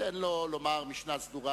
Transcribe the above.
תן לו לומר משנה סדורה,